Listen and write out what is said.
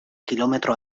kilometro